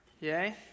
Yay